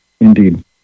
Indeed